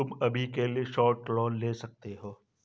तुम अभी के लिए शॉर्ट लोन ले सकते हो